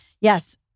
Yes